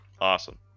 awesome